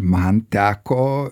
man teko